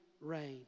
rain